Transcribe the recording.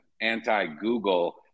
anti-Google